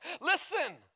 Listen